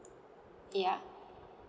yeah